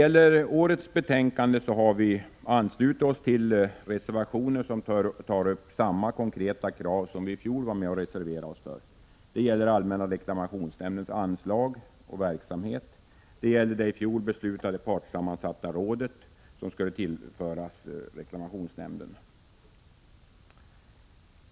I årets betänkande har vi anslutit oss till reservationer där det ställs konkreta krav som vi i fjol var med och reserverade oss för. Det gäller allmänna reklamationsnämndens anslag och verksamhet samt det i fjol beslutade partssammansatta rådet, som skulle tillföras reklamationsnämnden.